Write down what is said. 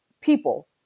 people